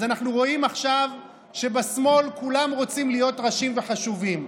אז אנחנו רואים עכשיו שבשמאל כולם רוצים להיות ראשים וחשובים.